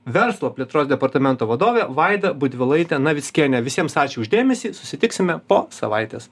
verslo plėtros departamento vadovė vaida butvilaitė navickienė visiems ačiū už dėmesį susitiksime po savaitės